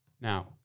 Now